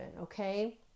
okay